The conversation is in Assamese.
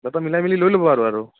যাতে মিলাই মিলি লৈ ল'ব আৰু আৰু